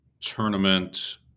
tournament